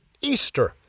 Easter